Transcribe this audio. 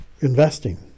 investing